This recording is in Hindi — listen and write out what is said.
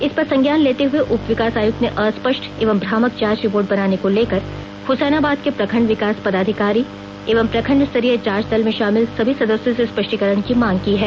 इस पर संज्ञान लेते हुए उपविकास आयुक्त ने अस्पष्ट एवं भ्रामक जांच रिपोर्ट बनाने को लेकर हुसैनाबाद के प्रखंड विकास पदाधिकारी एवं प्रखंड स्तरीय जांच दल में शामिल सभी सदस्यों से स्पष्टीकरण की मांग की है